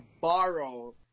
borrow